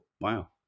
wow